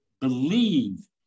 believe